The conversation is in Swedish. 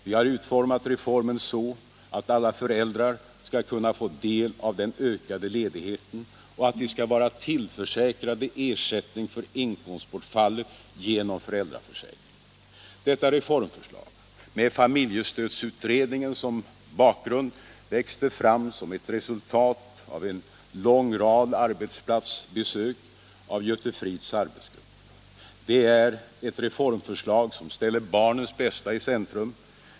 Vi har utformat reformen så, att alla föräldrar skall kunna få del av den ökade ledigheten och att de då skall vara tillförsäkrade ersättning för inkomstbortfallet genom föräldraförsäkringen. Detta reformförslag -— med familjestödsutredningen som bakgrund — växte fram som ett resultat av en lång rad arbetsplatsbesök av Göte Fridhs arbetsgrupp. Det är ett reformförslag som ställer barnens bästa i centrum.